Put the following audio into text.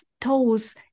toes